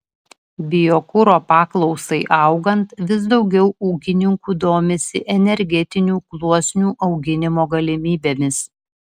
biokuro paklausai augant vis daugiau ūkininkų domisi energetinių gluosnių auginimo galimybėmis